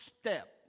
step